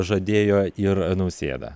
žadėjo ir nausėda